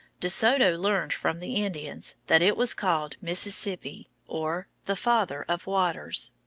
de soto learned from the indians that it was called mississippi, or the father of waters.